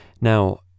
Now